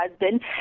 husband